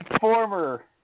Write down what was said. former